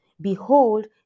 Behold